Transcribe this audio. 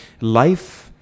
life